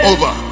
Over